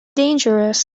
dangerous